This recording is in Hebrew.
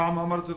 פעם אמרתי לו,